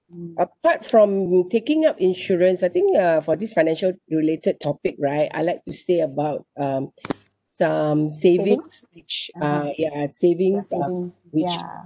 apart from we taking up insurance I think uh for this financial related topic right I'd like to say about um some savings uh ya savings which